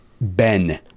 Ben